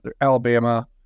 Alabama